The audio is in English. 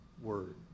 word